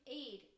aid